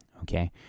Okay